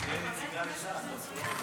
שתהיה נציגה לש"ס בבחירות הקרובות.